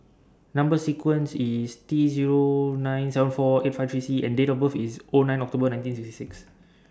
Number sequence IS T Zero nine seven four eight five three C and Date of birth IS O nine October nineteen sixty six